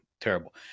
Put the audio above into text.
terrible